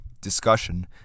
discussion